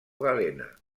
galena